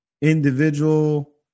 individual